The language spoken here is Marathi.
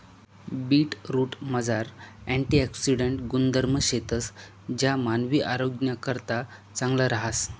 बीटरूटमझार अँटिऑक्सिडेंट गुणधर्म शेतंस ज्या मानवी आरोग्यनाकरता चांगलं रहास